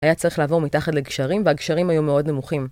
היה צריך לעבור מתחת לגשרים והגשרים היו מאוד נמוכים.